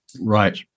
Right